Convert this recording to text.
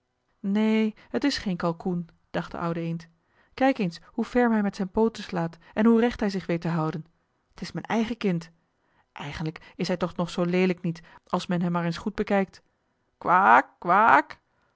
neen het is geen kalkoen dacht de oude eend kijk eens hoe ferm hij met zijn pooten slaat en hoe recht hij zich weet te houden t is mijn eigen kind eigenlijk is hij toch nog zoo leelijk niet als men hem maar eens goed bekijkt kwak kwak